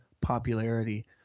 popularity